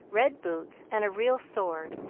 red boots, and a real sword,